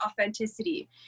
authenticity